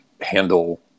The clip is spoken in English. handle